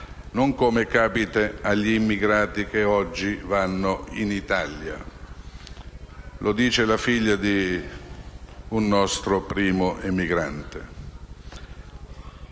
Non come capita agli immigrati che oggi vanno in Italia"». Lo dice la figlia di un nostro primo emigrante.